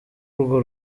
urwo